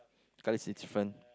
colour it's in front